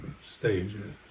stages